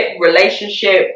relationship